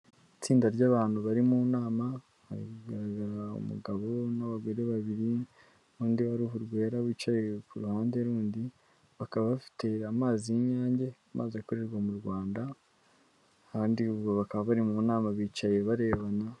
Itsinda ryabantu bari mu nama, hagaragara umugabo n'abagore babiri, nundi wa ruhu rwera wicaye ku ruhande rundi, bakaba bafite amazi y'inyange, amazi akorerwa mu Rwanda kandi ubu bakaba bari mu nama bicaye barebana.